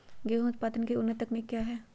गेंहू उत्पादन की उन्नत तकनीक क्या है?